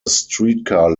streetcar